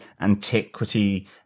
antiquity